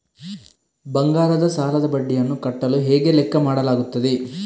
ಬಂಗಾರದ ಸಾಲದ ಬಡ್ಡಿಯನ್ನು ಕಟ್ಟಲು ಹೇಗೆ ಲೆಕ್ಕ ಮಾಡಲಾಗುತ್ತದೆ?